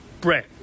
bread